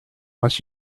wants